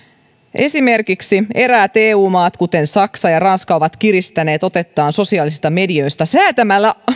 esimerkiksi eräät eu maat kuten saksa ja ranska ovat kiristäneet otettaan sosiaalisista medioista säätämällä